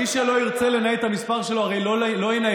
מי שלא ירצה לנייד את המספר שלו הרי לא ינייד.